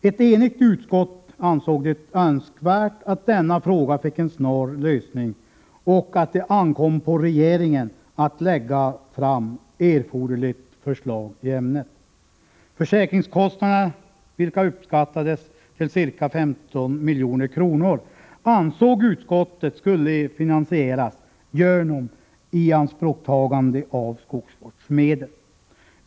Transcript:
Ett enigt utskott ansåg det önskvärt att denna fråga fick en snar lösning och att det ankom på regeringen att lägga fram erforderligt förslag i ämnet. Försäkringskostnaderna, vilka uppskattades till ca 15 milj.kr., skulle enligt utskottets mening finansieras genom ianspråktagande av skogsvårdsmedel.